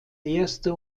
erste